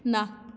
ਨਾ